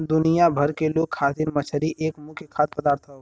दुनिया भर के लोग खातिर मछरी एक मुख्य खाद्य पदार्थ हौ